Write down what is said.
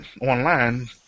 online